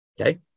Okay